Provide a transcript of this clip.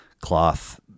cloth